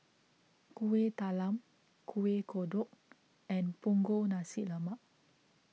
Kueh Talam Kuih Kodok and Punggol Nasi Lemak